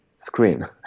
screen